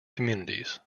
communities